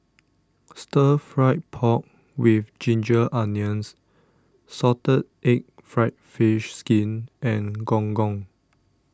Stir Fried Pork with Ginger Onions Salted Egg Fried Fish Skin and Gong Gong